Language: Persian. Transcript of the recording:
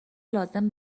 لازم